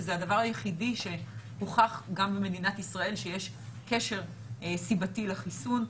שזה הדבר היחידי שהוכח גם במדינת ישראל שיש קשר סיבתי לחיסון,